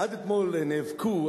עד אתמול נאבקו,